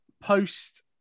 post